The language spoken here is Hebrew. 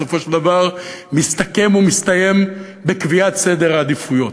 בסופו של דבר מסתכם ומסתיים בקביעת סדר העדיפויות.